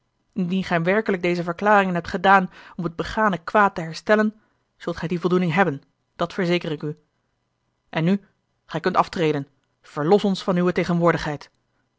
gij werkelijk deze verklaringen hebt gedaan om het begane kwaad te herstellen zult gij die voldoening hebben dat verzeker ik u en nu gij kunt aftreden verlos ons van uwe tegenwoordigheid